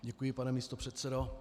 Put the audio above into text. Děkuji, pane místopředsedo.